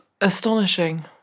astonishing